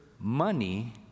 money